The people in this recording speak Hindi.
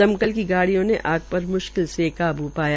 दमकल की गाड़ियों ने अलग पर मुशिकल से काबू पाया